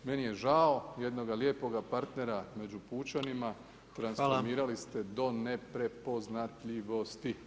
Meni je žao jednoga lijepoga partnera među pučanima, transformirali ste do neprepoznatljivosti.